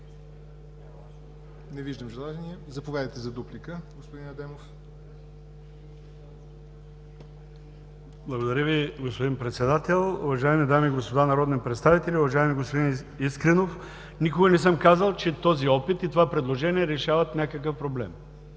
Не виждам желания. Заповядайте за дуплика, господин Адемов. ХАСАН АДЕМОВ (ДПС): Благодаря Ви, господин Председател. Уважаеми дами и господа народни представители, уважаеми господин Искренов! Никога не съм казал, че този опит и това предложение решават някакъв проблем.